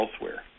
elsewhere